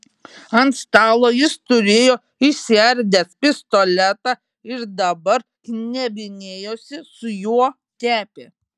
ant stalo jis turėjo išsiardęs pistoletą ir dabar knebinėjosi su juo tepė